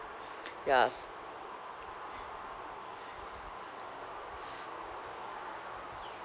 yas